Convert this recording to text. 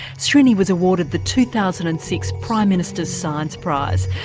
srini was awarded the two thousand and six prime minister's science prize.